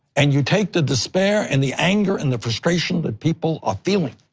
and you take the despair and the anger and the frustration that people are feeling.